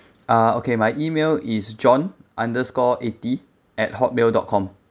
uh okay my email is john underscore eighty at Hotmail dot com